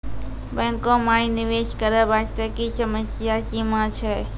बैंको माई निवेश करे बास्ते की समय सीमा छै?